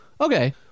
okay